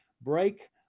break